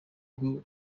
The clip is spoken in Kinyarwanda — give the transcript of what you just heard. bwo